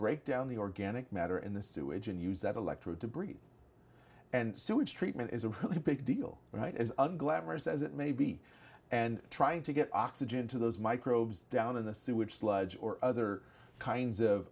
break down the organic matter in the sewage and use that electrode to breathe and sewage treatment is a really big deal right as unglamorous as it may be and trying to get oxygen to those microbes down in the sewage sludge or other kinds of